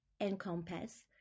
encompass